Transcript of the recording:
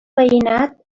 veïnat